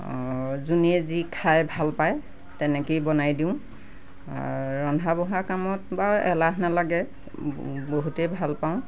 যোনে যি খায় ভাল পাই তেনেকৈয়ে বনাই দিওঁ ৰন্ধা বঢ়া কামত বাৰু এলাহ নালাগে বহুতেই ভালপাওঁ